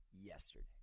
yesterday